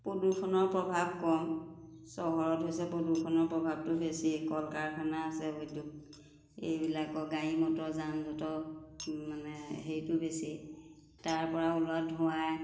প্ৰদূষণৰ প্ৰভাৱ কম চহৰত হৈছে প্ৰদূষণৰ প্ৰভাৱটো বেছি কল কাৰখানা আছে উদ্যোগ এইবিলাকৰ গাড়ী মটৰ যান যতৰ মানে হেৰিটো বেছি তাৰপৰা ওলোৱা ধোঁৱাই